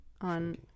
on